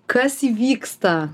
kas įvyksta